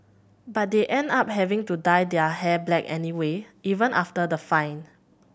but they end up having to dye their hair black anyway even after the fine